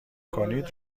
کنید